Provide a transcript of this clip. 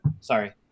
Sorry